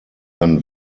than